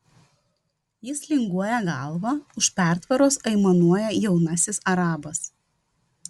jis linguoja galva už pertvaros aimanuoja jaunasis arabas